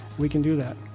we can do that.